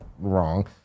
wrong